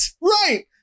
Right